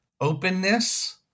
openness